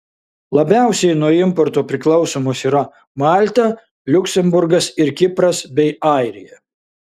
labiausiai nuo importo priklausomos yra malta liuksemburgas ir kipras bei airija